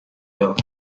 dock